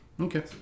Okay